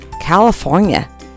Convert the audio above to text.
California